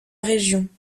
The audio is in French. région